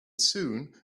soon